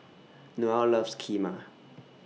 Noelle loves Kheema